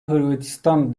hırvatistan